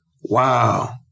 wow